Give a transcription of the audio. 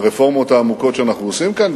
לרפורמות העמוקות שאנחנו עושים כאן.